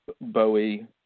Bowie